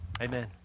Amen